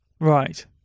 Right